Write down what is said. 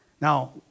Now